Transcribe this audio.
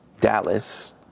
Dallas